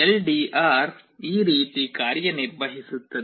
LDR ಈ ರೀತಿ ಕಾರ್ಯನಿರ್ವಹಿಸುತ್ತದೆ